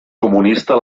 comunista